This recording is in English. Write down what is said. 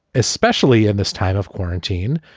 especially in this time of quarantine,